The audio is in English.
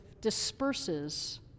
disperses